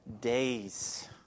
days